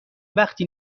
وقتی